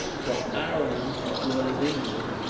for ireland as well as england,